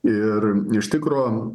ir iš tikro